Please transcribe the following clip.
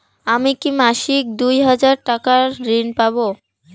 আমি কি মাসিক দুই হাজার টাকার ঋণ পাব?